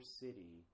city